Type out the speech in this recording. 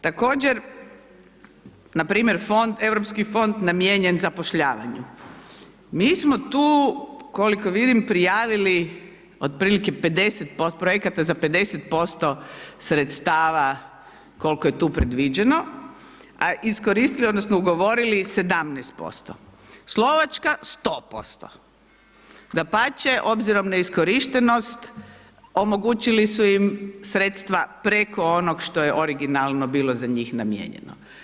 Također, npr. fond, Europski fond namijenjen zapošljavanju mi smo tu koliko vidim prijavili otprilike 50, projekata za 50% sredstava kolko je tu predviđeno, a iskoristili odnosno ugovorili 17%, Slovačka 100%, dapače obzirom na iskorištenost omogućili su im sredstva preko onog što je originalno bilo za njih namijenjeno.